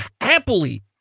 happily